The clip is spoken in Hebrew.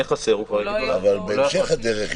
אבל בהמשך הדרך,